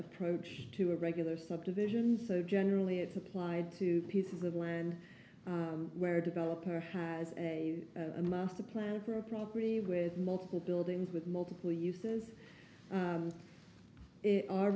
approach to a regular subdivision so generally it's applied to pieces of land where a developer has a master plan for a property with multiple buildings with multiple uses our re